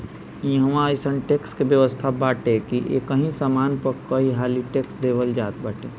इहवा अइसन टेक्स के व्यवस्था बाटे की एकही सामान पअ कईहाली टेक्स देहल जात बाटे